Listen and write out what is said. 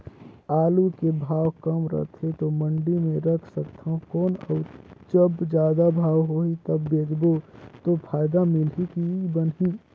आलू के भाव कम रथे तो मंडी मे रख सकथव कौन अउ जब जादा भाव होही तब बेचबो तो फायदा मिलही की बनही?